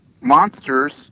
monsters